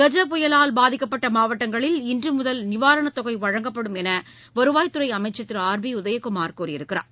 கஜ புயலால் பாதிக்கப்பட்ட மாவட்டங்களில் இன்று முதல் நிவாரணத் தொகை வழங்கப்படும் என்று வருவாய்த்துறை அமைச்சர் திரு ஆர் பி உதயகுமார் கூறியிருக்கிறார்